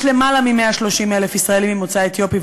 יש למעלה מ-130,000 ישראלים ממוצא אתיופי,